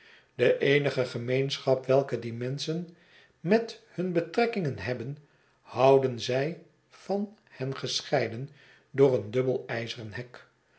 de eenige gemeenschap welke die menschen met hun betrekkingen hebben houden zij van hen gescheiden door een dubbel ijzeren hek